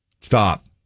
Stop